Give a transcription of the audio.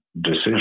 decision